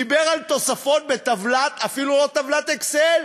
דיבר על תוספות בטבלה, אפילו לא טבלת "אקסל".